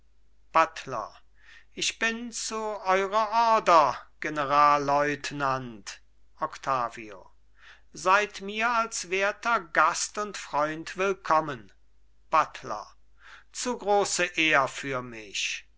buttler ich bin zu eurer ordre generalleutnant octavio seid mir als werter gast und freund willkommen buttler zu große ehr für mich